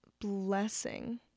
blessing